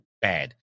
bad